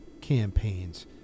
campaigns